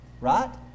Right